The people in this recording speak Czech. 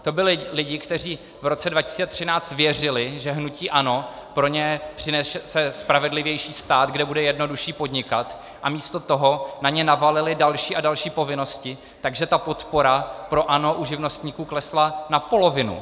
To byli lidi, kteří v roce 2013 věřili, že hnutí ANO pro ně přinese spravedlivější stát, kde bude jednodušší podnikat, a místo toho na ně navalili další a další povinnosti, takže ta podpora pro ANO u živnostníků klesla na polovinu.